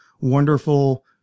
wonderful